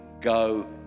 go